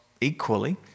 equally